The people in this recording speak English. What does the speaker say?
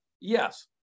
Yes